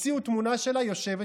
הוציאו תמונה שלה יושבת,